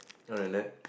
toilet